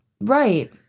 right